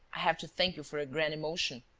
i have to thank you for a grand emotion.